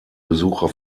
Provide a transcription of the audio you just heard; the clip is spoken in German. besucher